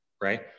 right